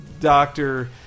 Doctor